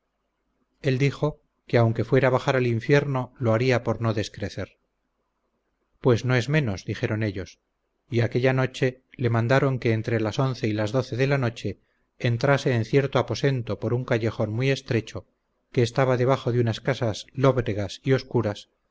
él dijo que aunque fuera bajar al infierno lo haría por no descrecer pues no es menos dijeron ellos y aquella noche le mandaron que entre las once y las doce de la noche entrase en cierto aposento por un callejón muy estrecho que estaba debajo de unas casas lóbregas y obscuras